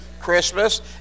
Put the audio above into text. Christmas